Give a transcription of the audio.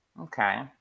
Okay